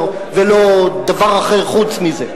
ולא דבר אחר חוץ מזה.